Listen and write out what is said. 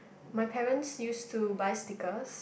my parents used to buy stickers